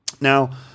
Now